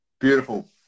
Beautiful